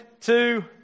two